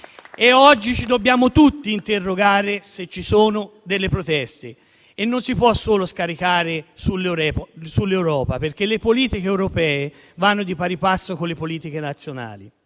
Oggi ci dobbiamo tutti interrogare, se ci sono delle proteste; non si può solo scaricare sull'Europa, perché le politiche europee vanno di pari passo con le politiche nazionali.